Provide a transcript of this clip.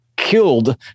killed